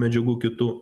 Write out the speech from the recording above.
medžiagų kitų